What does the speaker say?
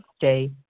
day